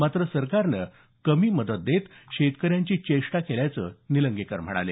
मात्र सरकारनं कमी मदत देत शेतकऱ्यांची चेष्टा केल्याचं निलंगेकर म्हणाले